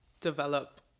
develop